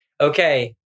Okay